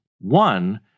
One